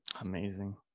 Amazing